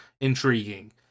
intriguing